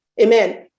amen